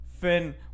fin